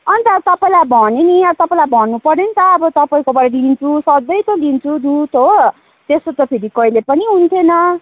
अनि त तपाईँलाई भने नि तपाईँलाई भन्नुपऱ्यो नि त अब तपाईँकोबाट लिन्छु सधैँ त लिन्छु दुध हो त्यस्तो त फेरि कहिले पनि हुने थिएन